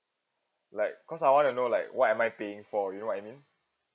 like cause I want to know like what am I paying for you know what I mean